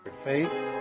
Faith